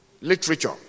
literature